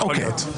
יכול להיות.